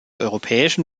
europäischen